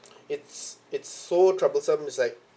it's it's so troublesome it's like